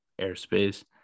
airspace